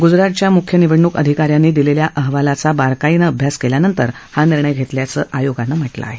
गुजरातच्या मुख्य निवडणूक अधिका यांनी दिलेल्या अहवालाचा बारकाईनं अभ्यास केल्यानंतर हा निर्णय घेतल्याचं आयोगानं म्हटलं आहे